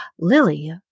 Lily